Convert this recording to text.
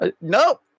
No